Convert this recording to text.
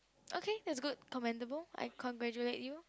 okay that's good commendable I congratulate you